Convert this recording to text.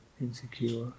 insecure